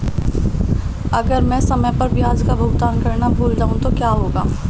अगर मैं समय पर ब्याज का भुगतान करना भूल जाऊं तो क्या होगा?